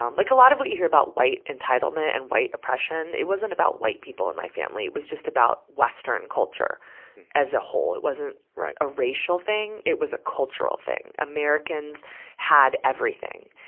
um like a lot of what you hear about white entitlement and white oppression. it wasn't about white people in my family it was just about western culture as a whole. it wasn't a racial thing it was a cultural thing. americans had everything.